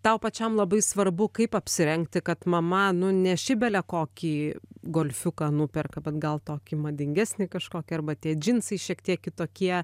tau pačiam labai svarbu kaip apsirengti kad mama nu ne šiaip bele kokį golfiuką nuperka bet gal tokį madingesnį kažkokį arba tie džinsai šiek tiek kitokie